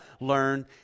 learn